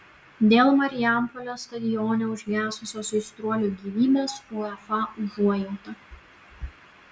dėl marijampolės stadione užgesusios aistruolio gyvybės uefa užuojauta